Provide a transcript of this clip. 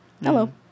Hello